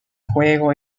juego